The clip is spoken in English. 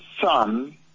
Son